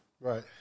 Right